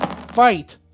Fight